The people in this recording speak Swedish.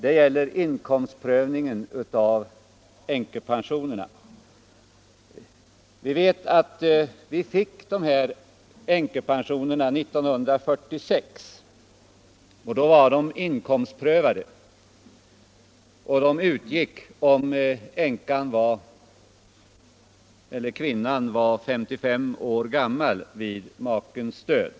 Det gäller inkomstprövningen av änkepensionerna. Vi fick dessa änkepensioner 1946, och då var de inkomstprövade. De utgick om kvinnan var 55 år gammal vid makens död.